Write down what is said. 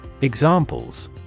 Examples